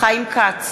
חיים כץ,